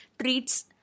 treats